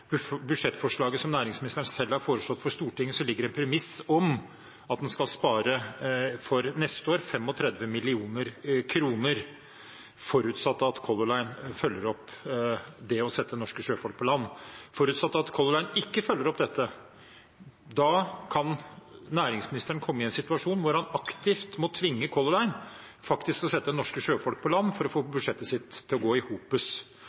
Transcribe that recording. budsjettforslaget som næringsministeren selv har lagt fram for Stortinget, ligger det et premiss om at en neste år skal spare 35 mill. kr, forutsatt at Color Line følger opp det å sette norske sjøfolk på land. Forutsatt at Color Line ikke følger opp dette, kan næringsministeren komme i en situasjon der han aktivt må tvinge Color Line til faktisk å sette norske sjøfolk på land for å få budsjettet sitt til å gå i